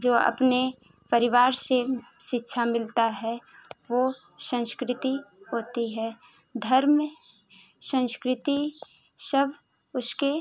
जो अपने परिवार से शिक्षा मिलता है वो संस्कृति होती है धर्म संस्कृति सब उसके